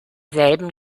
selben